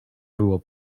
było